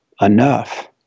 enough